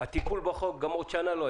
שהטיפול בחוק לא היה קורה גם בעוד שנה.